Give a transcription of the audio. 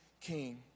King